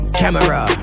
camera